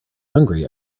hungry